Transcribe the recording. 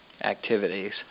activities